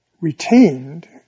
retained